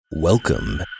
Welcome